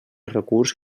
recurs